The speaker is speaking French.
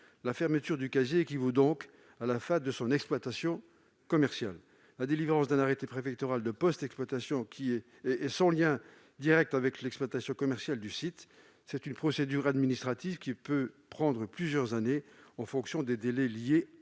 La fermeture du casier équivaut donc à la fin de son exploitation commerciale. En revanche, la délivrance d'un arrêté préfectoral de post-exploitation est sans lien direct avec l'exploitation commerciale du site : c'est une procédure administrative, qui peut prendre plusieurs années en fonction des délais liés à la prise